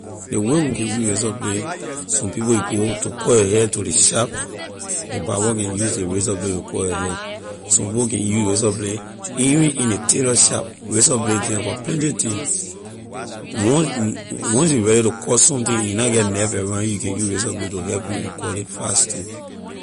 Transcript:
Ley way we can use razor blade some people you go to cut your hair to ley sharp ley barber can use ley razor blade to cut your hair some people can use razor blade even in ley tailor sharp razor blade the for plenty thing once once you ready to cut something you na get knife around you, you can use razor blade to help you and cut ley fast too.